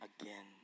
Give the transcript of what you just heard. again